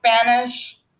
Spanish